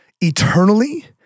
eternally